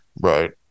Right